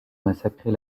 massacrés